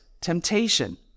temptation